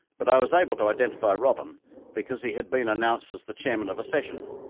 but i was able to identify robyn because he had been announced as the chairman of a session.